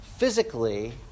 Physically